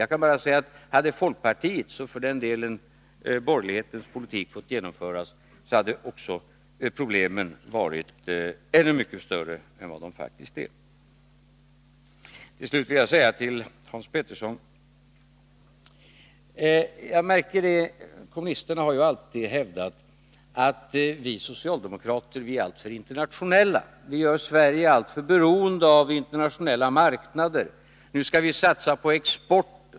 Jag kan bara säga att om folkpartiets, och för den delen borgerlighetens, politik fått genomföras hade problemen varit ännu mycket större än vad de faktiskt är. Till slut vill jag säga till Hans Petersson i Hallstahammar att kommunisterna alltid har hävdat att vi socialdemokrater är alltför internationella, vi gör Sverige alltför beroende av internationella marknader, och nu skall vi satsa på exporten.